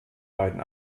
beiden